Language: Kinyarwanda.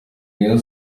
rayon